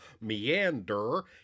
Meander